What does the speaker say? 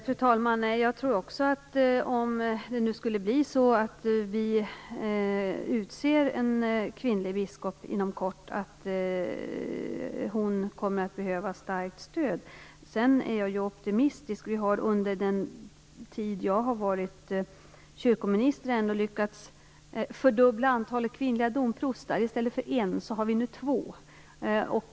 Fru talman! Om det nu skulle bli så att vi utser en kvinnlig biskop inom kort, tror jag också att hon kommer att behöva starkt stöd. Sedan vill jag säga att jag är optimistisk. Vi har under den tid då jag har varit kyrkominister ändå lyckats att fördubbla antalet kvinnliga domprostar. I stället för en har vi nu två domprostar.